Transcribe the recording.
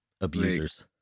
abusers